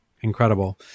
incredible